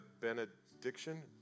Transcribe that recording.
benediction